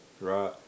right